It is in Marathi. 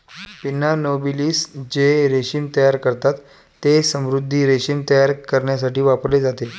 पिन्ना नोबिलिस जे रेशीम तयार करतात, ते समुद्री रेशीम तयार करण्यासाठी वापरले जाते